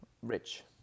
Rich